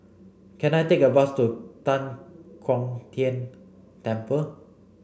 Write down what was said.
can I take a bus to Tan Kong Tian Temple